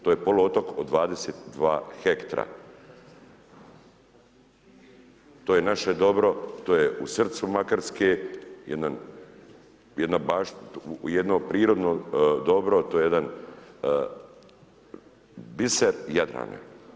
To je poluotok od 22 hektra, to je naše dobro, to je u srcu Makarske jedno prirodno dobro, to je jedan biser Jadrana.